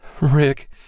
Rick